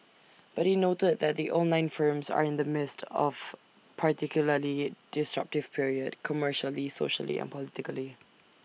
but he noted that the online firms are in the midst of particularly disruptive period commercially socially and politically